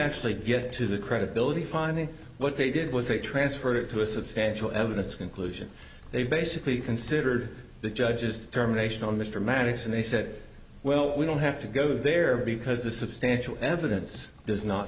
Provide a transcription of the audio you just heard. actually get to the credibility finally what they did was they transferred it to a substantial evidence conclusion they basically considered the judge's terminations on mr maddox and they said well we don't have to go there because the substantial evidence does not